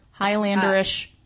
Highlanderish